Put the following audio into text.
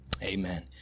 Amen